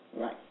Right